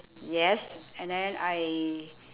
yes and then I